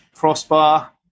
crossbar